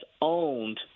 owned